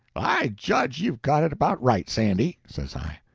i judge you've got it about right, sandy, says i.